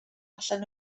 allan